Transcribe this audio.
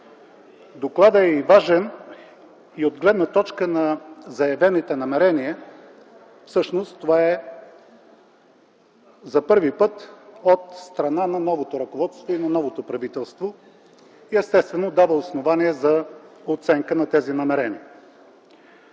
докладът е важен и от гледна точка на заявените намерения. Всъщност това е за първи път от страна на новото ръководство и на новото правителство и естествено дава основание за оценка на тези намерения.